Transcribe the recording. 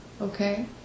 Okay